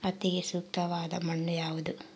ಹತ್ತಿಗೆ ಸೂಕ್ತವಾದ ಮಣ್ಣು ಯಾವುದು?